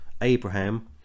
Abraham